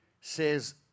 says